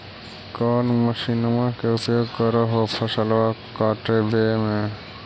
कौन मसिंनमा के उपयोग कर हो फसलबा काटबे में?